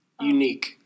Unique